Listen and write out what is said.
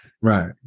right